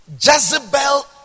Jezebel